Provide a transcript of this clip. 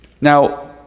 Now